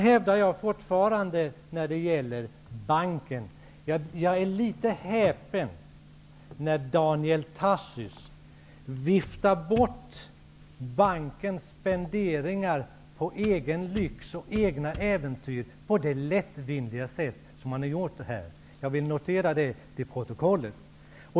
När det gäller Europeiska utvecklingsbanken är jag litet häpen över att Daniel Tarschys så lättvindigt viftar bort bankens spenderande på egen lyx och egna äventyr. Jag vill notera det till protokollet.